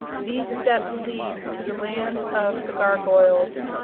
these steps lead to the land of the gargoyles.